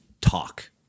talk